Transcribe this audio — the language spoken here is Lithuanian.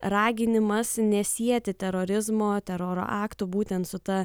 raginimas nesieti terorizmo teroro aktų būtent su ta